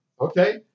Okay